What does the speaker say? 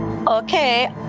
okay